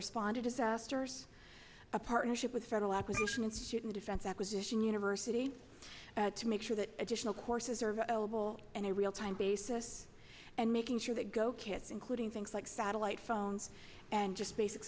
responded disasters a partnership with federal acquisition and student defense acquisition university to make sure that additional courses are available and a real time basis and making sure that go kits including things like satellite phones and just basic